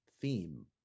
theme